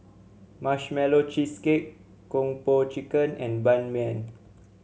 Marshmallow Cheesecake Kung Po Chicken and Ban Mian